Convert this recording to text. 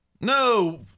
No